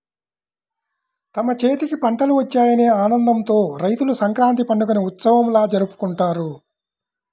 తమ చేతికి పంటలు వచ్చాయనే ఆనందంతో రైతులు సంక్రాంతి పండుగని ఉత్సవంలా జరుపుకుంటారు